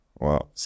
Wow